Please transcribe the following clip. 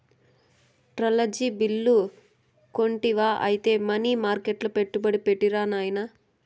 treasury bill కొంటివా ఐతే money మర్కెట్ల పెట్టుబడి పెట్టిరా నాయనా